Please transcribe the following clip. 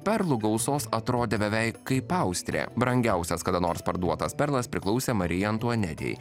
perlų gausos atrodė beveik kaip austrė brangiausias kada nors parduotas perlas priklausė marijai antuanetei